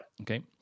Okay